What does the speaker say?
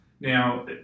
Now